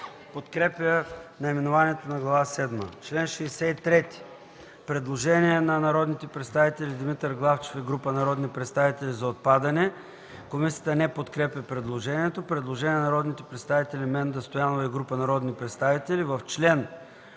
подкрепя наименованието на Глава седма. Предложение на народния представител Димитър Главчев и група народни представители за отпадане на чл. 63. Комисията не подкрепя предложението. Предложение на народния представител Менда Стоянова и група народни представители.